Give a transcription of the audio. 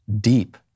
deep